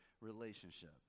relationship